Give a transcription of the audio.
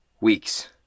weeks